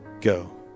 go